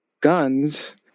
guns